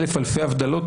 אלף אלפי הבדלות,